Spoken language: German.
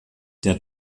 der